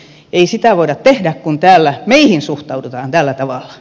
ei sitä voida tehdä kun täällä meihin suhtaudutaan tällä tavalla